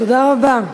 תודה רבה.